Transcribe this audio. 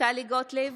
טלי גוטליב,